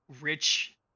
rich